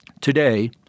Today